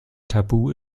tabu